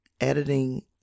editing